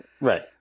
Right